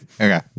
Okay